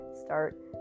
start